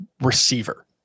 receiver